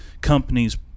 companies